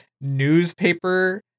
newspaper